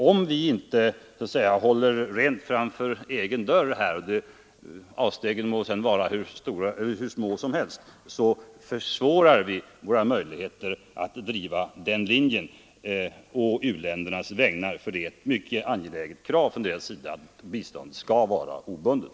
Om vi inte håller rent framför egen dörr här — avstegen må sedan vara ganska små — försvårar vi våra möjligheter att driva u-ländernas intressen när det gäller kravet att biståndet skall vara obundet.